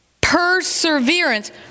Perseverance